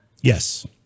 Yes